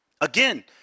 Again